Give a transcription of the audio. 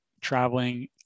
traveling